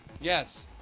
Yes